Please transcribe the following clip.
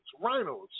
rhinos